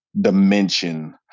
dimension